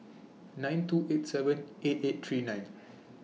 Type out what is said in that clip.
nine two eight seven eight eight three nine